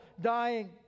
dying